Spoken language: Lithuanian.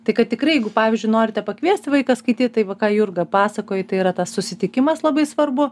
tai kad tikrai jeigu pavyzdžiui norite pakviesti vaiką skaityt tai va ką jurga pasakoji tai yra tas susitikimas labai svarbu